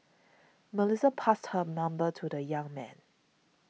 Melissa passed her number to the young man